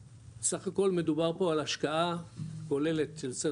סך הכול מדובר פה על השקעה כוללת של סדר